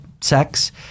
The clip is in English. sex